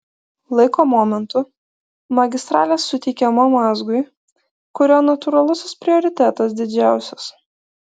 laiko momentu magistralė suteikiama mazgui kurio natūralusis prioritetas didžiausias